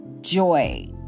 joy